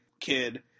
kid